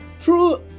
True